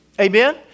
Amen